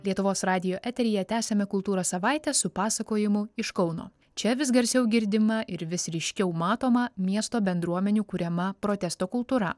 lietuvos radijo eteryje tęsiame kultūros savaitę su pasakojimu iš kauno čia vis garsiau girdima ir vis ryškiau matoma miesto bendruomenių kuriama protesto kultūra